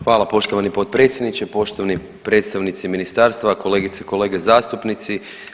Hvala poštovani potpredsjedniče, poštovani predstavnici ministarstva, kolegice i kolege zastupnici.